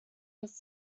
his